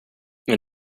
men